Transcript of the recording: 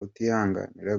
utihanganira